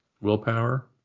Willpower